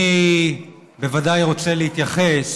אני בוודאי רוצה להתייחס